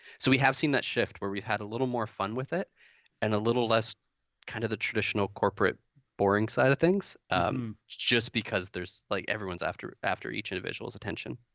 so we have seen that shift where we had a little more fun with it and a little less kinda the traditional corporate boring side of things just because, like, everyone's after after each individual's attention.